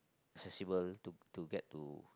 accessible to to get to